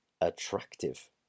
attractive